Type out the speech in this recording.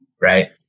right